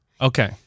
Okay